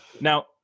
Now